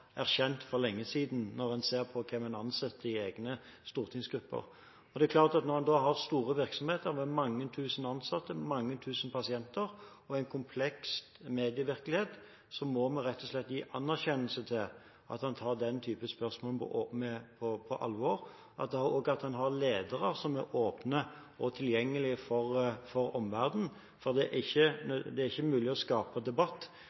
erkjent for lenge siden når en ser på hvem en ansetter i egne stortingsgrupper. Og når en da har store virksomheter, med mange tusen ansatte, mange tusen pasienter og en kompleks medievirkelighet, må en rett og slett gi anerkjennelse til at en tar den type spørsmål på alvor, og også at en har ledere som er åpne og tilgjengelige for omverdenen. For det er ikke mulig å skape debatt